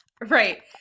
Right